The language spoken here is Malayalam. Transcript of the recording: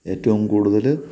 ഏറ്റവും കൂടുതൽ